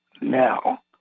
now